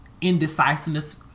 indecisiveness